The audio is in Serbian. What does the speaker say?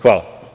Hvala.